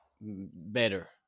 better